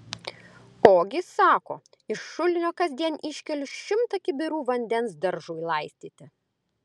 ogi sako iš šulinio kasdien iškeliu šimtą kibirų vandens daržui laistyti